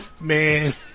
Man